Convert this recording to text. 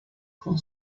con